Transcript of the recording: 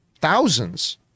thousands